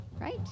Right